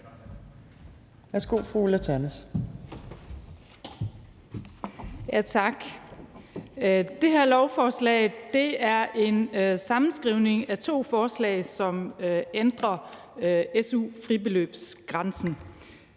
Det her lovforslag er en sammenskrivning af to forslag, som ændrer su-fribeløbsgrænsen.